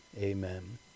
Amen